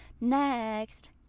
Next